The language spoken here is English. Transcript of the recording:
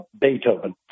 Beethoven